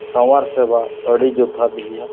ᱥᱟᱶᱟᱨ ᱥᱮᱵᱟ ᱟᱹᱰᱤ ᱡᱚᱛᱷᱟᱛ ᱜᱮᱭᱟ